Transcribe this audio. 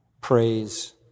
praise